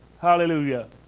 Hallelujah